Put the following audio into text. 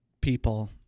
people